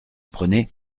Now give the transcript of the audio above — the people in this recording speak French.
prenez